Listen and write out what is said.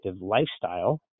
lifestyle